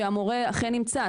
שהמורה אכן נמצא,